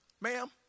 ma'am